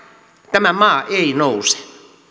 tämä maa ei nouse